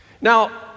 Now